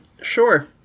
Sure